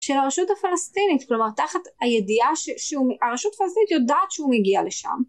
של הרשות הפלסטינית כלומר תחת הידיעה שהרשות הפלסטינית יודעת שהוא מגיע לשם